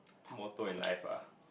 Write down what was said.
motto in life ah